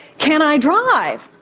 can i drive?